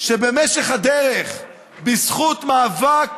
שבמשך הדרך, בזכות מאבק